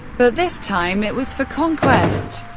but this time it was for conquest.